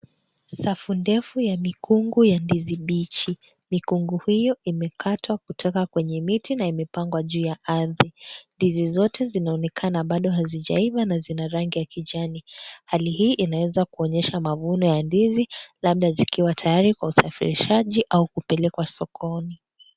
Safu ndefu ya mikungu ya ndizi mbichi. Mikungu hiyo imekatwa kutoka kwenye miti, na imepangwa juu ya ardhi. Ndizi zote zinaonekana bado hazijaiva na zina rangi ya kijani. Hali hii inaweza kuonyesha mavuni ya ndizi, labda zikiwa tayari kwa usafirishaji au kupelekwa sokoni.